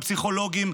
בפסיכולוגים,